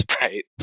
right